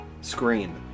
screen